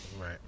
Right